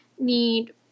need